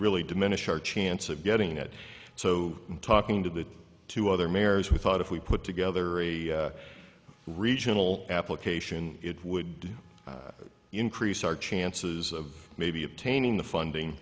really diminish our chance of getting it so i'm talking to the two other mayors who thought if we put together a regional application it would increase our chances of maybe obtaining the funding